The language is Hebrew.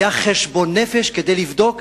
והיה חשבון נפש כדי לבדוק